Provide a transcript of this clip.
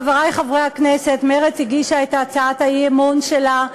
חברי חברי הכנסת, מרצ הגישה את הצעת האי-אמון שלה,